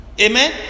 Amen